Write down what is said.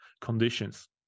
conditions